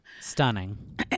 Stunning